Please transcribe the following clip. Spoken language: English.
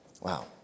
Wow